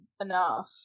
enough